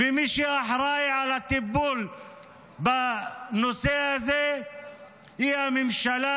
ומי שאחראי על הטיפול בנושא הזה הוא הממשלה